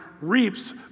reaps